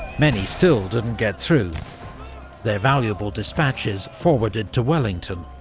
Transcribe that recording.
many still didn't get through their valuable despatches forwarded to wellington,